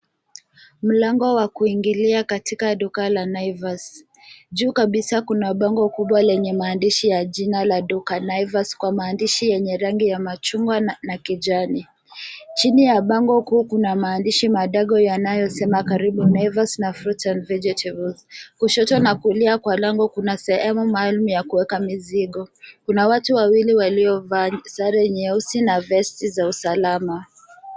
Mlango wa kuingilia katika duka la Naivas. Juu kabisa kuna bango kuu lenye maandishi ya jina la duka, Naivas, kwa maandishi ya rangi ya machungwa na kijani. Chini ya bango kuu kuna maandishi madogo. Kushoto na kulia kwa lango kuna rafu maalumu za kuweka mizigo. Kuna watu wawili waliyo valia, wakiwa na mavazi ya usalama.